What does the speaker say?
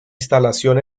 instalación